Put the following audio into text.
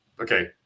Okay